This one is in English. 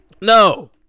No